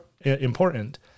important